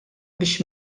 biex